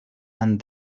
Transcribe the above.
and